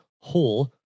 whole